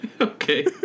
Okay